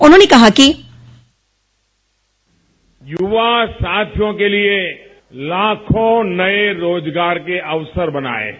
उन्होंने कहा कि युवा साथियों के लिए लाखों नए रोजगार के अवसर बनाए हैं